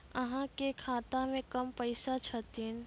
अहाँ के खाता मे कम पैसा छथिन?